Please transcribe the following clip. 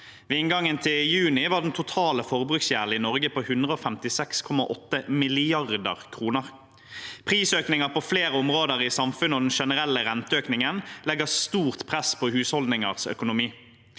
Ved inngangen til juni var den totale forbruksgjelden i Norge på 156,8 mrd. kr. Prisøkninger på flere områder i samfunnet og den generelle renteøkningen legger stort press på husholdningenes økonomi.